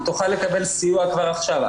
היא תוכל לקבל סיוע כבר עכשיו.